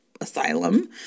asylum